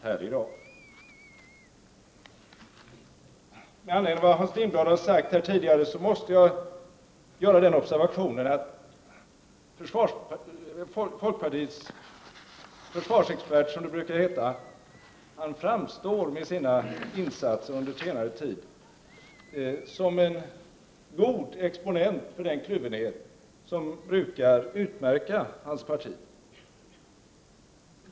Med anledning av vad Hans Lindblad har sagt här tidigare måste jag göra den observationen att folkpartiets försvarsexpert, som det brukar heta, med sina insatser under senare tid framstår som en god exponent för den kluvenhet som brukar utmärka hans parti.